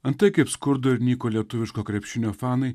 antai kaip skurdo ir nyko lietuviško krepšinio fanai